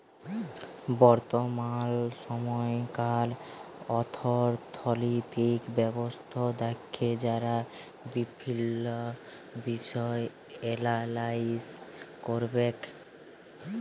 বর্তমাল সময়কার অথ্থলৈতিক ব্যবস্থা দ্যাখে যারা বিভিল্ল্য বিষয় এলালাইস ক্যরবেক